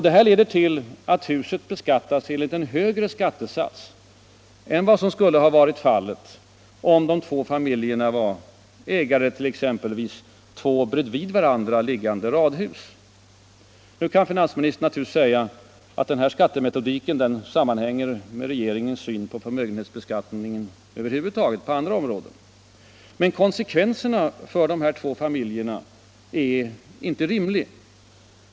Detta leder till att huset beskattas enligt en högre skattesats än vad som skulle ha varit fallet om de två familjerna var ägare till exempelvis två bredvid varandra liggande radhus. Nu kan finansministern naturligtvis säga att den skattemetodiken sammanhänger med regeringens syn på förmögenhetsbeskattningen över huvud taget på andra områden. Men konsekvenserna för de här två familjerna är inte rimliga.